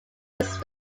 its